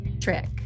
trick